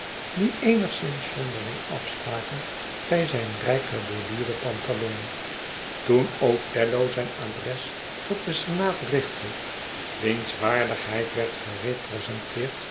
die eenigszins zonderling afstaken bij zijn rijk geborduurden pantalon toen othello zijn adres tot den senaat richtte wiens waardigheid werd